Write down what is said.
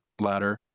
ladder